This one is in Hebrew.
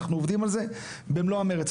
אנחנו עובדים על זה במלוא המרץ.